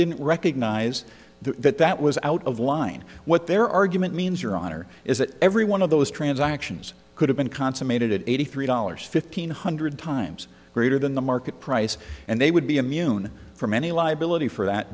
didn't recognize that that was out of line what their argument means your honor is that every one of those transactions could have been consummated eighty three dollars fifteen hundred times greater than the market price and they would be immune from any liability for that